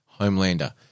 Homelander